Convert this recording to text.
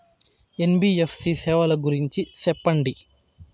NBFC సేవల గురించి సెప్పండి?